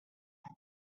ond